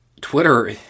Twitter